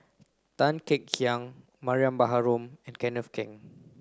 Tan Kek Hiang Mariam Baharom and Kenneth Keng